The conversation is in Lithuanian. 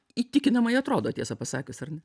įtikinamai atrodo tiesą pasakius ar ne